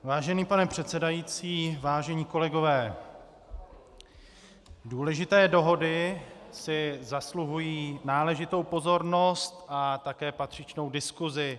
Vážený pane předsedající, vážení kolegové, důležité dohody si zasluhují náležitou pozornost a také patřičnou diskusi.